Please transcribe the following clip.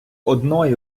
одної